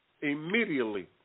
Immediately